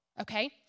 Okay